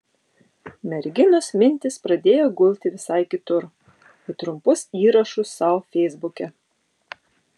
merginos mintys pradėjo gulti visai kitur į trumpus įrašus sau feisbuke